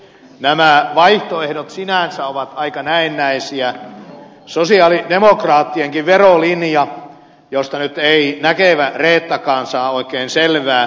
nämä vaihtoehdot sinänsä ovat aika näennäisiä sosialidemokraattienkin verolinja josta nyt ei näkevä reettakaan saa oikein selvää